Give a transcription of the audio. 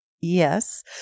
Yes